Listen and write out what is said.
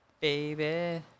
Baby